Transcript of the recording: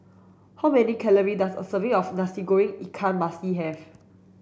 how many calorie does a serving of Nasi Goreng Ikan Masin have